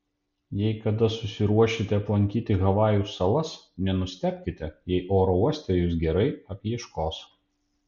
jei kada susiruošite aplankyti havajų salas nenustebkite jei oro uoste jus gerai apieškos